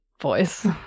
voice